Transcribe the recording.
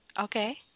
Okay